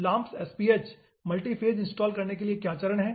LAAMPS SPH multiphase install करने के लिए क्या चरण हैं